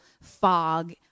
fog